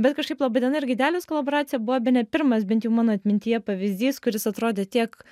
bet kažkaip laba diena ir gaidelis kolaboracija buvo bene pirmas bent jau mano atmintyje pavyzdys kuris atrodė tiek